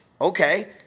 okay